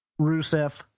Rusev